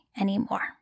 anymore